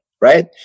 right